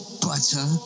Butter